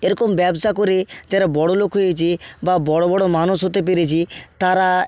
এরকম ব্যবসা করে যারা বড়োলোক হয়েছে বা বড়ো বড়ো মানুষ হতে পেরেছে তারা